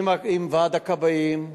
עם ועד הכבאים,